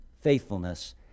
faithfulness